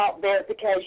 verification